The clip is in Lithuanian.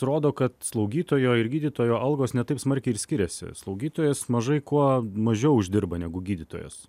rodo kad slaugytojo ir gydytojo algos ne taip smarkiai ir skiriasi slaugytojas mažai kuo mažiau uždirba negu gydytojas